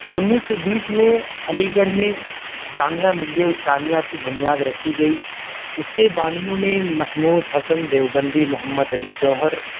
انیس سو بیس میں علی گڑھ میں جامعہ ملیہ اسلامیہ کی بنیاد رکھی گئی اس کے بانیوں میں محمود حسن دیوبندی محمد علی جوہر